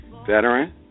veteran